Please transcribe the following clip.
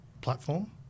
platform